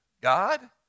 God